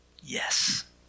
Yes